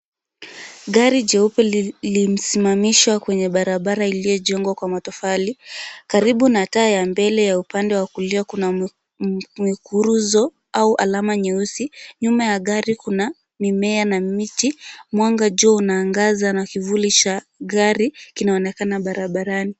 Gari jeupe limesimamishwa kwenye barabara iliyojengwa kwa matofali, karibu na taa ya mbele ya upande wa kulia kuna mkuruzo au alama nyeusi, nyuma ya gari kuna mimea na miti, mwanga juu unaangaza na kivuli cha gari kinaonekana barabarani.